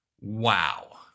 Wow